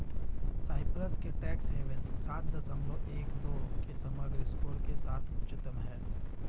Cyprus के tax havens सात दशमलव एक दो के समग्र स्कोर के साथ उच्चतम हैं